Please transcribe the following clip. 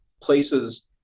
places